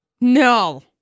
No